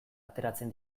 ateratzen